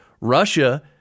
Russia